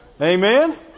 Amen